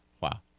Wow